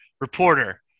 Reporter